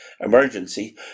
emergency